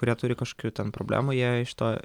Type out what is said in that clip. kurie turi kažkokių ten problemų jie iš to